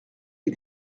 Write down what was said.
des